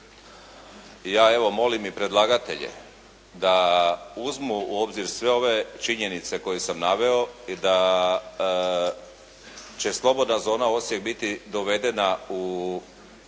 ja evo molim i predlagatelje da uzmu u obzir sve ove činjenice koje sam naveo da će slobodna zona Osijek biti dovedena u